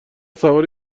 سوار